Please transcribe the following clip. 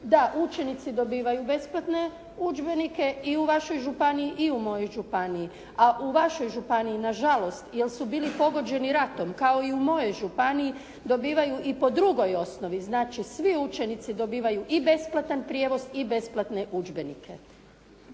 da učenici dobivaju besplatne udžbenike i u vašoj županiji i u mojoj županiji a u vašoj županiji nažalost jer su bili pogođeni ratom kao i u mojoj županiji dobivaju i po drugoj osnovi. Znači, svi učenici dobivaju i besplatan prijevoz i besplatne udžbenike.